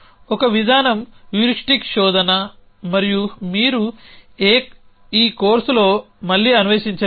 ఒక విధానం హ్యూరిస్టిక్ శోధన మరియు మీరు ఈ కోర్సులో మళ్లీ అన్వేషించలేరు